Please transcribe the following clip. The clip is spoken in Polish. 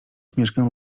mieszkam